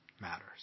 matters